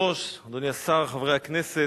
היושב-ראש, אדוני השר, חברי הכנסת,